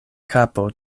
kapo